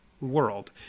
world